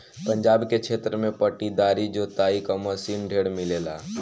पंजाब के क्षेत्र में पट्टीदार जोताई क मशीन ढेर मिलेला